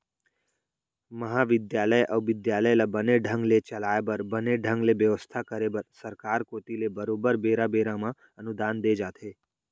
महाबिद्यालय अउ बिद्यालय ल बने ढंग ले चलाय बर बने ढंग ले बेवस्था करे बर सरकार कोती ले बरोबर बेरा बेरा म अनुदान दे जाथे